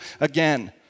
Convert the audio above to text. again